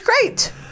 great